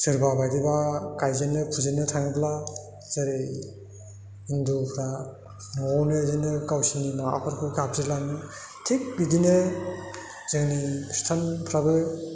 सोरबा बायदिबा गाइजेन्नो फुजेन्नो थांङोब्ला जेरै हिन्दुफ्रा न'आवनो बिदिनो गावसोरनि माबाफोरखौ गाबज्रिलांगो थिग बिदिनो जोंनि ख्रिष्टानफ्राबो